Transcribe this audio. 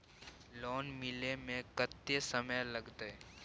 Loan मिले में कत्ते समय लागते?